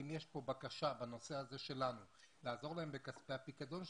אם יש כאן בקשה בנושא הזה שלנו לעזור להם בכספי הפיקדון,